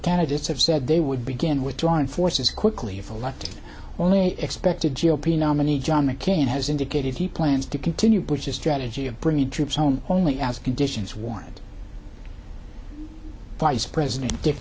candidates have said they would begin withdrawing forces quickly if a left only expected g o p nominee john mccain has indicated he plans to continue bush's strategy of bringing troops home only as conditions warrant vice president dick